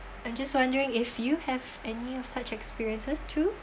I'm just wondering if you have any of such experiences too